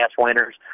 winners